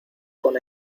con